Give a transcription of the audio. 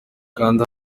kanda